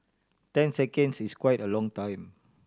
ten seconds is quite a long time